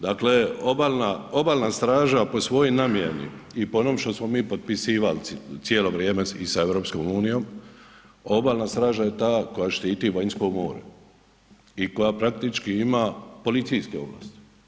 Dakle, Obalna straža po svojoj namjeni i po onom što smo mi potpisivali cijelo vrijeme i sa EU-om, Obalna straža je ta koja štiti vanjsko more i koja praktički ima policijske ovlasti.